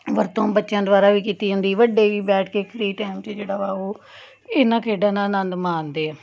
ਵਰਤੋਂ ਬੱਚਿਆਂ ਦੁਆਰਾ ਵੀ ਕੀਤੀ ਜਾਂਦੀ ਵੱਡੇ ਵੀ ਬੈਠ ਕੇ ਫਰੀ ਟਾਈਮ 'ਚ ਜਿਹੜਾ ਵਾ ਉਹ ਇਹਨਾਂ ਖੇਡਾਂ ਨਾਲ ਆਨੰਦ ਮਾਣਦੇ ਆ